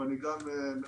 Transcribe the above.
אני גם חושב